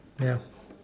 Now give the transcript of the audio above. yeah